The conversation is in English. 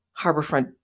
Harborfront